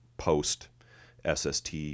post-SST